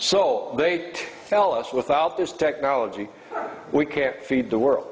so they tell us without this technology we can't feed the world